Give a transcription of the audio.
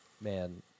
Man